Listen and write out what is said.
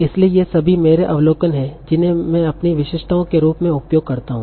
इसलिए ये सभी मेरे अवलोकन हैं जिन्हें मैं अपनी विशेषताओं के रूप में उपयोग करता हूं